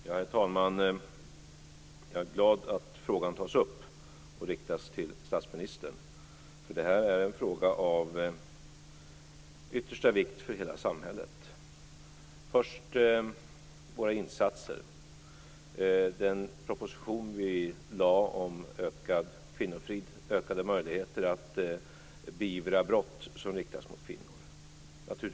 Herr talman! Jag är glad att frågan tas upp och riktas till statsministern. Det är en fråga av yttersta vikt för hela samhället. Först våra insatser: Vi har lagt fram en proposition om ökad kvinnofrid, dvs. ökade möjligheter att beivra brott som riktas mot kvinnor.